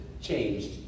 changed